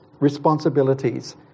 responsibilities